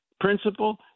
principle